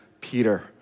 Peter